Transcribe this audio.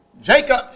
Jacob